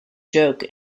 joke